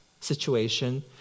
situation